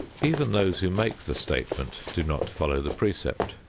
even those who make the statement do not follow the precept,